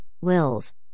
wills